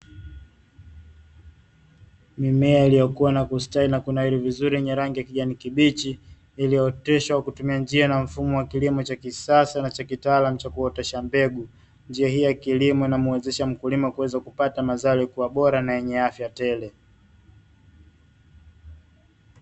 Mimea iliyokua na kustawi na kunawiri vizuri yenye rangi ya kijani kibichi, iliyooteshwa kwa kutumia njia na mfumo wa kilimo cha kisasa na kitaalamu cha kuotesha mbegu. Njia hii ya kilimo inamuwezesha mkulima kuweza kupata mazao yaliyokuwa bora na yenye afya tele.